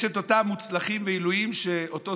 יש את אותם מוצלחים ועילויים שאותו